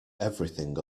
everything